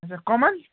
اچھا کٔمَن